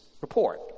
report